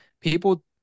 people